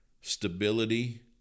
stability